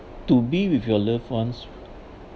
to be with your loved ones